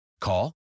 Call